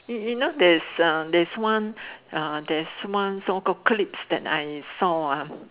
you know there is ah one there is one so called clips that I saw ah